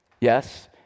Yes